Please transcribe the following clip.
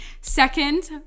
second